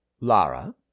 Lara